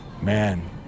man